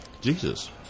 Jesus